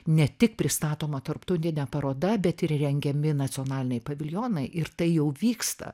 ne tik pristatoma tarptautinė paroda bet ir rengiami nacionaliniai paviljonai ir tai jau vyksta